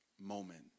moment